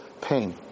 pain